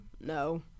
No